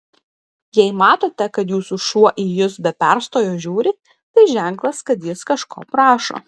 jei matote kad jūsų šuo į jus be perstojo žiūri tai ženklas kad jis kažko prašo